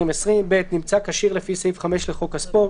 (ב) נמצא כשיר לפי סעיף 5 לחוק הספורט,